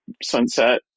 Sunset